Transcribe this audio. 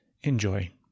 enjoy